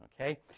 Okay